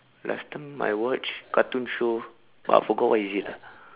last time I watched cartoon show but I forgot what is it ah